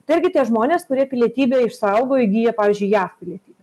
tai irgi tie žmonės kurie pilietybę išsaugo įgyja pavyzdžiui jav pilietybę